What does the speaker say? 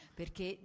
perché